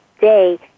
day